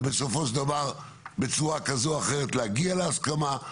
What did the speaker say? ובסופו של דבר בצורה כזו או אחרת להגיע להסכמה.